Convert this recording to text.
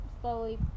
slowly